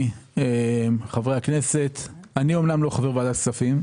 לכבלים -- יש המון העדפות לגבול הצפון.